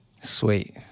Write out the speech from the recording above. sweet